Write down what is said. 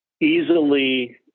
easily